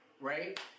Right